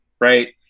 right